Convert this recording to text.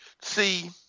See